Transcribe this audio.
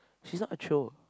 she's not a chio